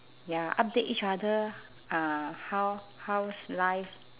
ya update each other ah uh how how's life